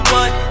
one